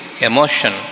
emotion